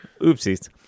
Oopsies